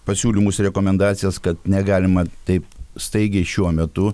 pasiūlymus ir rekomendacijas kad negalima taip staigiai šiuo metu